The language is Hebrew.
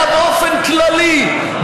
אלא באופן כללי,